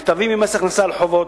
מכתבים ממס הכנסה על חובות,